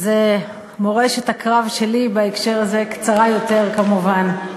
אז מורשת הקרב שלי בהקשר הזה קצרה יותר, כמובן.